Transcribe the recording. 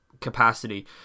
capacity